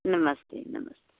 नमस्ते नमस्ते